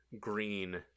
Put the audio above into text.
green